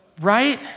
Right